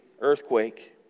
earthquake